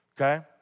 Okay